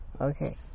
okay